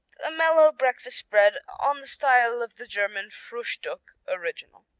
a mellow breakfast spread, on the style of the german fruhstuck original.